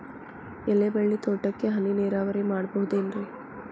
ಎಲೆಬಳ್ಳಿ ತೋಟಕ್ಕೆ ಹನಿ ನೇರಾವರಿ ಮಾಡಬಹುದೇನ್ ರಿ?